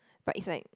but is like